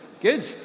Good